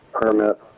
permit